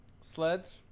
sleds